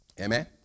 Amen